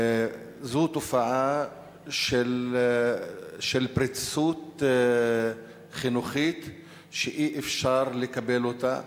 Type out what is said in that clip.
זו תופעה של פריצות חינוכית שאי-אפשר לקבל אותה.